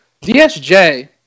DSJ